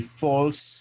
false